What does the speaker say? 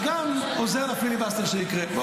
וגם עוזר לפיליבסטר שיקרה.